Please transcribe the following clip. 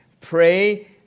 Pray